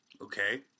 Okay